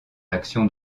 l’action